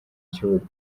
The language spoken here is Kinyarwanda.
kibuga